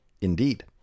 Indeed